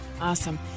Awesome